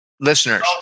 listeners